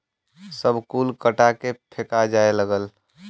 सब कुल कटा के फेका जाए लगल